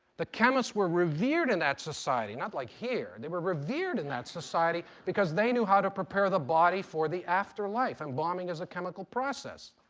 the chemists were revered in that society not like here. they were revered in that society because they knew how to prepare the body for the afterlife. embalming is a chemical process.